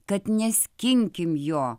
kad neskinkim jo